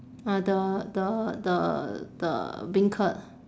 ah the the the the beancurd